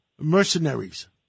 Mercenaries